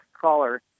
caller